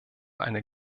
eine